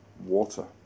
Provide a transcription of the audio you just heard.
Water